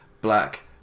Black